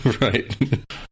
right